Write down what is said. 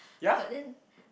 but then